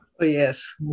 Yes